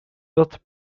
wird